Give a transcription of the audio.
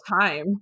time